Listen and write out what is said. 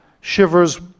Shivers